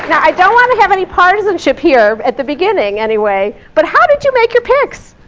i don't want to have any partisanship here at the beginning anyway, but how did you make your picks?